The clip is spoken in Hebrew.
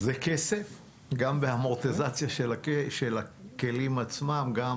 זה כסף גם באמורטיזציה של הכלים עצמם וגם